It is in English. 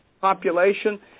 population